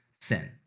sin